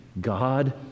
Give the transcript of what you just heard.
God